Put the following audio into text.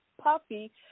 puffy